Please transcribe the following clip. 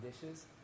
dishes